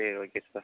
சரி okay sir